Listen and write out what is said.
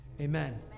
Amen